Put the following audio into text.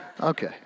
okay